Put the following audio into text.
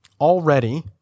Already